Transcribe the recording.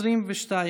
הסתייגות 22,